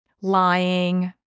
lying